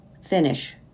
finish